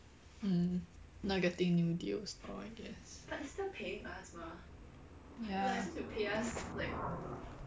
hmm not getting new deals lor I guess ya